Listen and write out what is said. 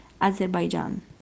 azerbaijan